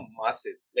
masses